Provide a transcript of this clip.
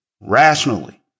rationally